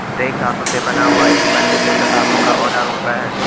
rake धातु से बना हुआ एक पंजे जैसा धातु का औजार होता है